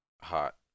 Hot